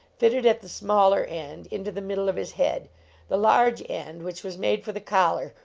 fitted at the smaller end into the middle of his head the large end, which was made for the collar,